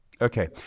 Okay